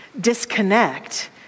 disconnect